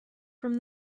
from